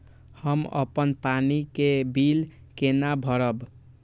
हम अपन पानी के बिल केना भरब?